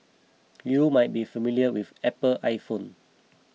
you might be familiar with Apple iPhone